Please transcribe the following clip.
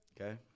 Okay